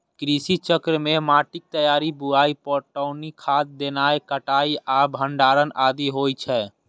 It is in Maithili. कृषि चक्र मे माटिक तैयारी, बुआई, पटौनी, खाद देनाय, कटाइ आ भंडारण आदि होइ छै